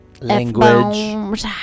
language